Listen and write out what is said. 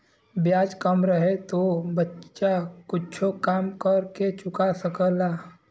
ब्याज कम रहे तो बच्चा कुच्छो काम कर के चुका सकला